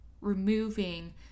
removing